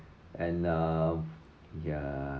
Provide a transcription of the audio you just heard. and uh ya